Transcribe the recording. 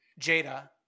Jada